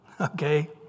Okay